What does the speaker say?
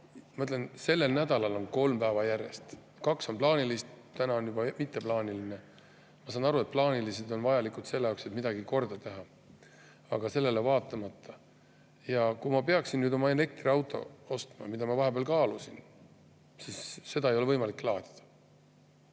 Ma ütlen, sellel nädalal on olnud kolm päeva järjest: kaks plaanilist [katkestust], täna juba mitteplaaniline. Ma saan aru, et plaanilised on vajalikud selle jaoks, et midagi korda teha, aga sellele vaatamata. Ja kui ma peaksin omale elektriauto ostma, mida ma vahepeal kaalusin, siis seda ei oleks võimalik laadida.